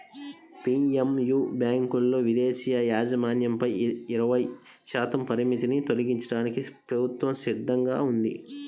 PSU బ్యాంకులలో విదేశీ యాజమాన్యంపై ఇరవై శాతం పరిమితిని తొలగించడానికి ప్రభుత్వం సిద్ధంగా ఉంది